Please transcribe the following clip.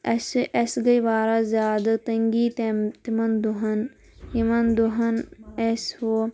اسہِ اسہِ گٔے واریاہ زیادٕ تنٛگی تَمہِ تِمن دۄہن یِمن دۄہن اسہِ ہُہ